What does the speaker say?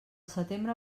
setembre